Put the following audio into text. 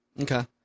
okay